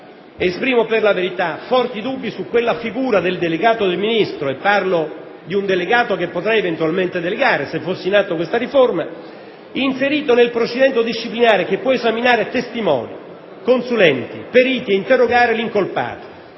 esprimo per la verità forti dubbi su quella figura del delegato del Ministro (e parlo di un delegato che potrei eventualmente delegare se fosse in atto questa riforma) inserito nel procedimento disciplinare che può esaminare testimoni, consulenti, periti e interrogare l'incolpato: